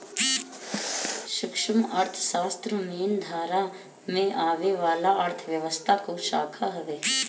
सूक्ष्म अर्थशास्त्र मेन धारा में आवे वाला अर्थव्यवस्था कअ शाखा हवे